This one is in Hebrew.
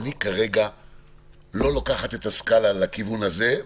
שאני כרגע לא לוקחת את הסקאלה לכיוון הזה,